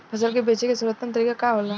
फसल के बेचे के सर्वोत्तम तरीका का होला?